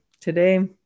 today